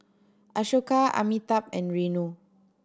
Ashoka Amitabh and Renu